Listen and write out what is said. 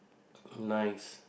nice